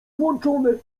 włączone